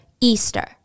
Easter